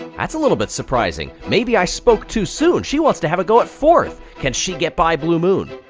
that's a little bit surprising, maybe i spoke too soon! she wants to have a go at fourth! can she get by blue moon?